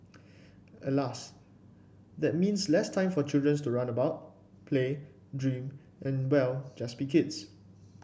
Alas that means less time for children to run about play dream and well just be kids